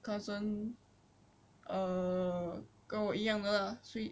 cousin err 跟我一样的 lah 睡